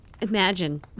Imagine